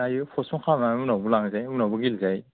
जायो पष्तपन खालामनानै उनावबो लांजायो उनावबो गेलेजायो